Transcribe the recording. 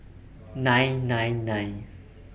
nine nine nine